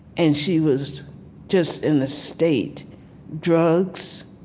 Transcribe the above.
and she was just in a state drugs.